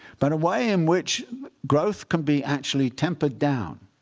but a way in which growth can be actually tempered down.